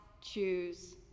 choose